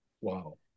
Wow